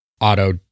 auto